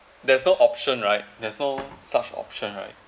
there's no option right there's no such option right